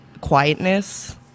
quietness